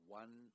one